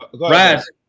Raz